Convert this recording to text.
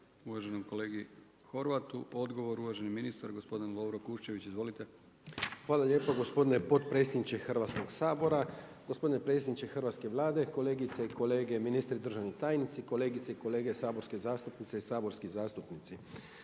uvaženom kolegi Horvatu. Odgovor uvaženi ministar gospodin Lovro Kušćević, izvolite. **Kuščević, Lovro (HDZ)** Gospodine potpredsjedniče Hrvatskog sabora, gospodine predsjedniče hrvatske Vlade, kolegice i kolege ministri, državni tajnice, kolegice i kolege saborske zastupnice i saborski zastupnici.